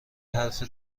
حرف